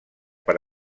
per